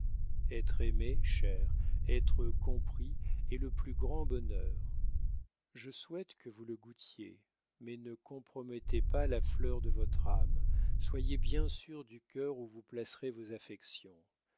être aimé cher être compris est le plus grand bonheur je souhaite que vous le goûtiez mais ne compromettez pas la fleur de votre âme soyez bien sûr du cœur où vous placerez vos affections